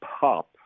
pop